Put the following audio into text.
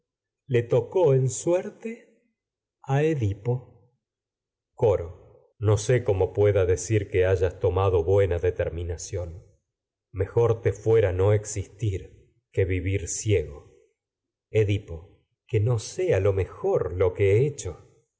le tocó suerte edipo cómo coro no buena vivir sé pueda decir te que hayas no tomado que determinación mejor fuera existir ciego edipo que no sea lo mejor lo que he hecho